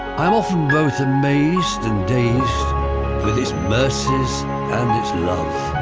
i'm often both amazed and dazed with his mercies and his love.